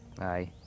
Aye